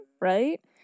Right